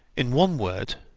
in one word,